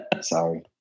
Sorry